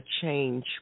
change